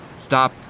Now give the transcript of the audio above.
Stop